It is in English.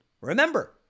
Remember